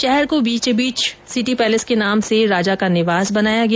शहर के बीचों बीच सिटी पैलेस के नाम से राजा का निवास बनाया गया